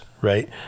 Right